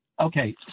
Okay